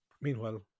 Meanwhile